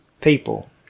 people